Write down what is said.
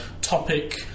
topic